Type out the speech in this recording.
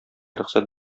рөхсәт